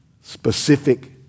specific